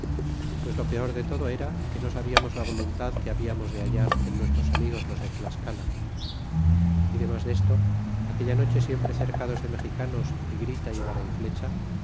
pues lo peor de todo eia que no sabíamos la voluntad que hablamos de hallar en nuestros amigos los de tlascala y demas desto aquella noche siempre cercados de mexicanos y grita y vara y flecha